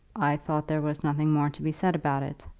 i thought there was nothing more to be said about it.